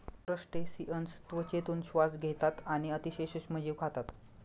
crustaceans त्वचेतून श्वास घेतात आणि अतिशय सूक्ष्म जीव खातात